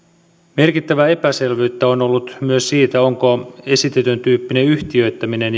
merkittävää epäselvyyttä on ollut myös siitä onko esitetyn tyyppiseen yhtiöittämiseen